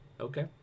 okay